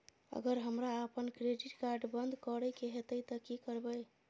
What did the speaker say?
अगर हमरा आपन क्रेडिट कार्ड बंद करै के हेतै त की करबै?